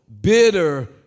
bitter